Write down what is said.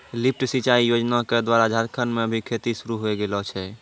lift सिंचाई योजना क द्वारा झारखंड म भी खेती शुरू होय गेलो छै